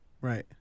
Right